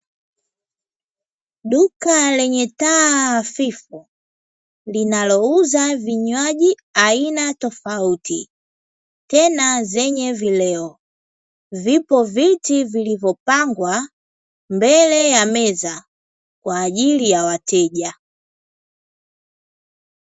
Duka lenye taa hafifu, linalouza vinywaji aina tofauti tena zenye vileo vipo viti vilivyopangwa mbele ya meza kwa ajili ya wateja.